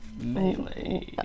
Melee